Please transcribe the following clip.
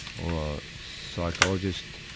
or psychologist,